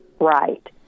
right